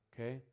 okay